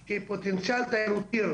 שהיא פוטנציאל תיירותי,